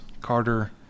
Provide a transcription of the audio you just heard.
Carter